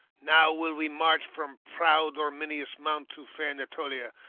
now will we march from proud orminius' mount to fair natolia,